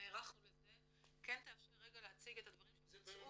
נערכנו לזה, כן תאפשר רגע להציג את הדברים שבוצעו.